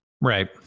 Right